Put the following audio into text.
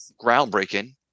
groundbreaking